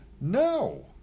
no